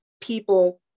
people